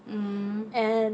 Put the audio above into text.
mm